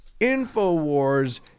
Infowars